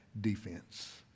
defense